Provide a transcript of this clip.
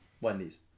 Wendy's